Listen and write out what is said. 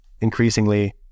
increasingly